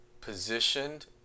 positioned